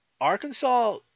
Arkansas